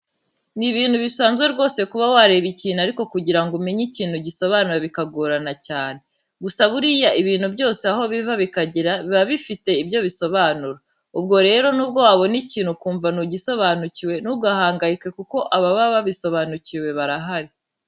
Ni ibintu bisanzwe rwose kuba wareba ikintu ariko kugira ngo umenye ikintu gisobanura bikagorana cyane. Gusa buriya ibintu byose aho biva bikagera biba bifite ibyo bisobanura. Ubwo rero nubwo wabona ikintu ukumva ntugisobanukiwe, ntugahangayike kuko ababa babisobanukiwe barahari.